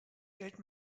geld